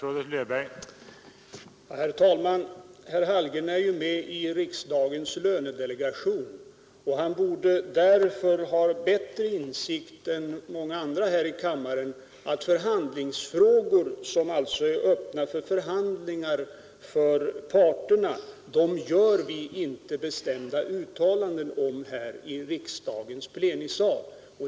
Herr talman! Herr Hallgren tillhör riksdagens lönedelegation, och han borde därför bättre än många andra här i kammaren veta att vi i frågor, varom det pågår förhandlingar mellan parterna, inte gör bestämda uttalanden här i kammarens plenisal.